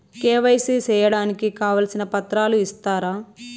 KYC సేయడానికి కావాల్సిన పత్రాలు ఇస్తారా?